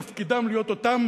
תפקידם להיות אותם